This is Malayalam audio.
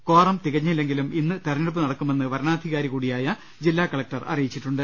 ക്വോറം തികഞ്ഞില്ലെങ്കിലും ഇന്ന് തിരഞ്ഞെടുപ്പു നടക്കുമെന്ന് വരണാധികാരി കൂടിയായ ജില്ലാ കളക്ടർ അറിയിച്ചിട്ടുണ്ട്